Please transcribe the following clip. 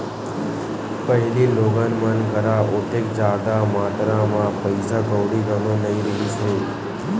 पहिली लोगन मन करा ओतेक जादा मातरा म पइसा कउड़ी घलो नइ रिहिस हे